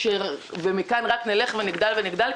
מכאן רק נלך ונגדל ונגדל,